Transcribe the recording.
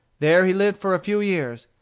there he lived for a few years,